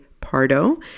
pardo